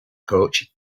coach